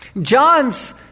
John's